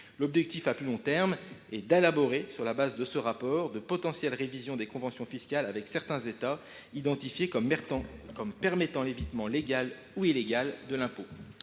L’objectif à plus long terme est de prévoir, sur le fondement de ce rapport, de potentielles révisions des conventions fiscales avec certains États, identifiés comme permettant l’évitement, légal ou illégal, de l’impôt.